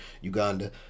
Uganda